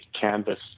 canvas